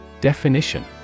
Definition